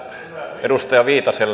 tähän edustaja viitaselle